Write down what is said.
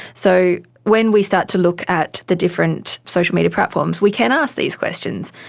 so when we start to look at the different social media platforms we can ask these questions,